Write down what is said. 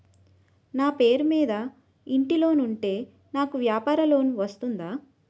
నా పేరు మీద ఇంటి లోన్ ఉంటే నాకు వ్యాపార లోన్ వస్తుందా?